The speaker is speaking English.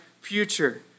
future